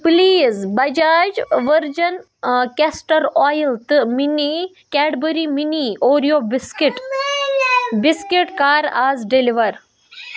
please Bajaj virgin castor oil تہٕ mini Cadbury mini Oreo biscuit biscuit کَر آز deliver